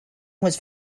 was